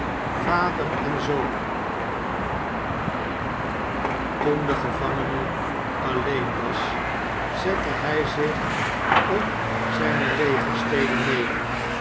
vader en zoon toen de gevangene alleen was zette hij zich op zijne legerstede neder